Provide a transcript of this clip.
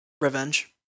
Revenge